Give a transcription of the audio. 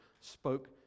spoke